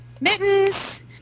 Mittens